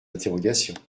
interrogations